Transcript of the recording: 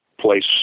place